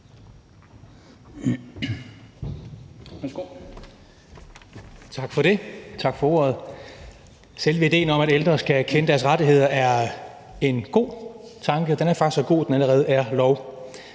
Tak for det, og tak for ordet. Selve idéen om, at ældre skal kende deres rettigheder, er en god tanke. Den er faktisk så god, at den allerede er lov.